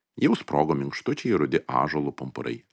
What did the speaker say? jau sprogo minkštučiai rudi ąžuolų pumpurai